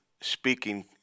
speaking